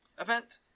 event